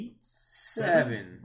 Seven